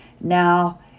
Now